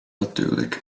natuurlijk